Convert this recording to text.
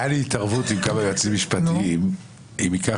הייתה לי התערבות עם כמה יועצים משפטיים אם ייקח